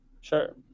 Sure